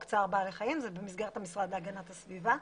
צער בעלי חיים זה במסגרת המשרד להגנת הסביבה.